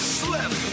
slip